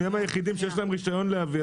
אם הם היחידים שיש להם רישיון להביא,